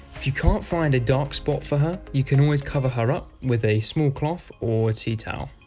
if you can't find a dark spot for her, you can always cover her up with a small cloth or tea towel.